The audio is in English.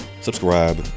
subscribe